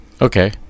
Okay